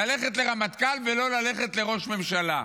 ללכת לרמטכ"ל ולא ללכת לראש ממשלה.